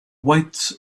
weights